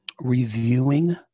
reviewing